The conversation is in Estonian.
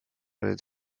olid